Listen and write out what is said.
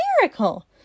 miracle